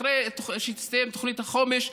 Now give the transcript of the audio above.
אחרי שתסתיים תוכנית החומש,